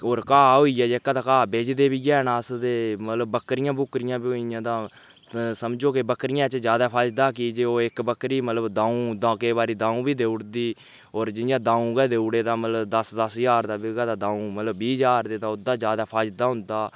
होर घा होई गेआ जेह्का ते घा बेचदे बी हैन अस ते मतलब बक्करियां बुक्करियां बी होई गेइयां तां समझो कि बक्करियें च ज्यादा फायदा कि जो ओह् इक बक्करी मतलब दऊं केईं बारी द'ऊं बी देई ओड़दी होर जि'यां द'ऊं गै देई ओड़े तां मतलब दस दस ज्हार दे बिकै तां द'ऊं मतलब बीह् ज्हार दे तां ओह्दा ज्यादा फायदा होंदा